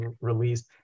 released